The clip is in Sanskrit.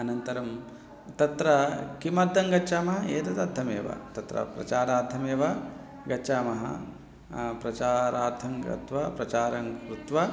अनन्तरं तत्र किमर्थं गच्छामः एतदर्थमेव तत्र प्रचारार्थमेव गच्छामः प्रचारार्थं गत्वा प्रचारं कृत्वा